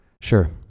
Sure